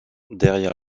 derrière